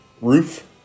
roof